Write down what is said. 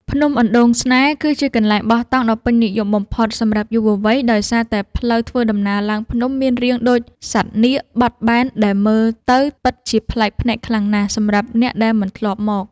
ភ្នំអណ្ដូងស្នេហ៍ គឺជាកន្លែងបោះតង់ដ៏ពេញនិយមបំផុតសម្រាប់យុវវ័យដោយសារតែផ្លូវធ្វើដំណើរឡើងភ្នំមានរាងដូចសត្វនាគបត់បែនដែលមើលទៅពិតជាប្លែកភ្នែកខ្លាំងណាស់សម្រាប់អ្នកដែលមិនធ្លាប់មក។